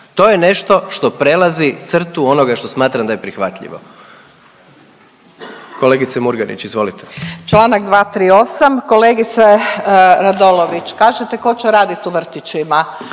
To je nešto što prelazi crtu onoga što smatram da je prihvatljivo. Kolegice Murganić, izvolite. **Murganić, Nada (HDZ)** Članak 238. Kolegice Radolović kažete tko će raditi u vrtićima.